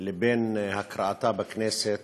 לבין הקראתה בכנסת